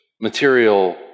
material